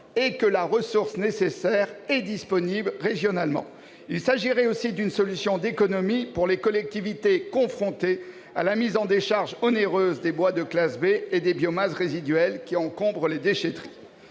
et que la ressource nécessaire est disponible régionalement. Il s'agirait aussi d'une solution d'économie pour les collectivités confrontées à la mise en décharge onéreuse des bois de classe B et des biomasses résiduelles qui encombrent les déchetteries.